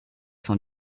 fin